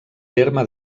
terme